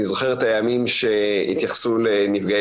אני זוכר את הימים שהתייחסו לנפגעי